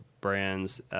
brands